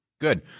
Good